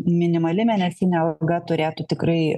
minimali mėnesinė alga turėtų tikrai